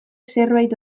zerbait